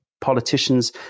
politicians